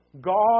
God